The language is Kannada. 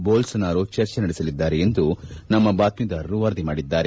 ಬೊಲ್ಲೊನಾರೊ ಚರ್ಚೆ ನಡೆಸಲಿದ್ದಾರೆ ಎಂದು ನಮ್ನ ಬಾತ್ಜೀದಾರರು ವರದಿ ಮಾಡಿದ್ದಾರೆ